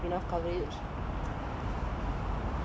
or even similar issues in other countries they don't have enough coverage